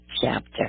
chapter